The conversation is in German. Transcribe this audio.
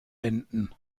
enten